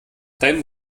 deinem